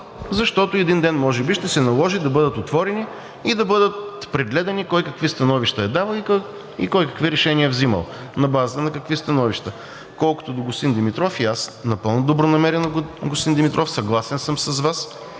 защото един ден може би ще се наложи да бъдат отворени и да бъдат прегледани кой какви становища е давал и кой какви решения е взимал, на базата на какви становища. Колкото до господин Димитров, и аз напълно добронамерено, господин Димитров, съм съгласен с Вас